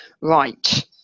Right